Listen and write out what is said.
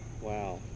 wow